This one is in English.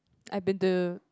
I been to